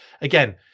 Again